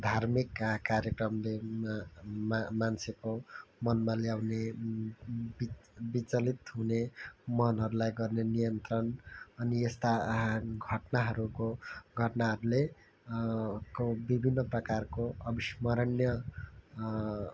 धार्मिक कार्यक्रमले मान्छेको मन मनमा ल्याउने विचलित हुने मनहरूलाई गर्ने नियन्त्रण अनि यस्ता घटनाहरूको घटनाहरूले को विभिन्न प्रकारको अविस्मरणीय